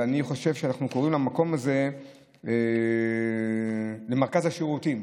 אני חושב שאנחנו קוראים למקום הזה "מרכז השירותים".